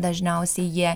dažniausiai jie